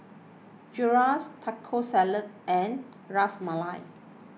Gyros Taco Salad and Ras Malai